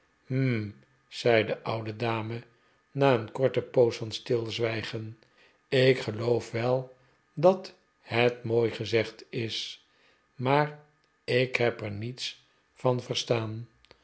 zei de oude dame na een korte poos van stilzwijgen ik geloof wel dat het mooi gezegd is maar ik heb er niets van verstaan